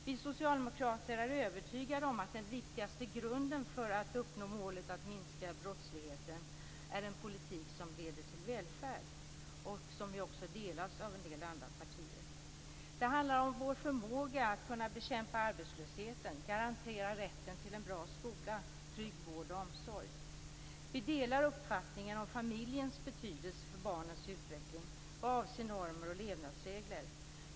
Vi socialdemokrater är övertygade om att den viktigaste grunden för att uppnå målet att minska brottsligheten är en politik som leder till välfärd. Den uppfattningen delas också av en del andra partier. Det handlar om vår förmåga att kunna bekämpa arbetslösheten, garantera rätten till en bra skola, trygg vård och omsorg. Vi delar uppfattningen om familjens betydelse för barnens utveckling vad avser normer och levnadsregler.